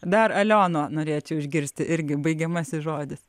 dar alioną norėčiau išgirsti irgi baigiamasis žodis